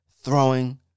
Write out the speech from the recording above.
throwing